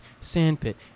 sandpit